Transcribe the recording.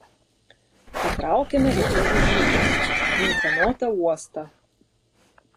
patraukėme gatve į rytus į ūkanotą uostą